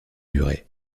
durer